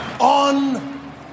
On